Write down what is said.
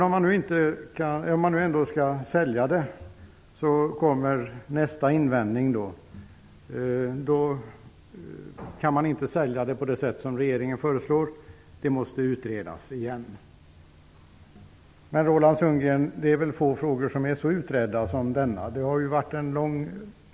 Om man nu ändå skall sälja ut Tipstjänst, kommer nästa invändning: Man kan inte sälja ut Tipstjänst på det sätt som regeringen föreslår. Frågan måste återigen utredas. Men, Roland Sundgren, det är väl få frågor som är så utredda som denna.